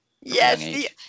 Yes